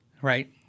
right